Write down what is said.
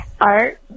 Art